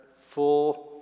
full